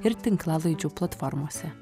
ir tinklalaidžių platformose